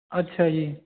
ਅੱਛਾ ਜੀ